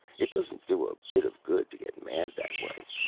it doesn't do a bit of good to get mad that way.